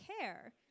care